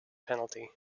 penalty